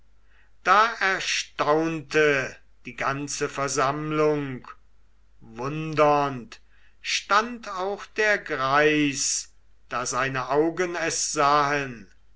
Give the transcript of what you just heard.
da erstaunte die ganze versammlung wundernd stand auch der greis da seine augen es sahen